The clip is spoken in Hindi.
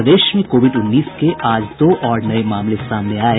प्रदेश में कोविड उन्नीस के आज दो और नये मामले सामने आये